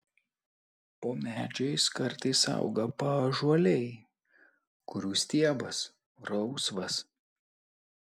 po medžiais kartais auga paąžuoliai kurių stiebas rausvas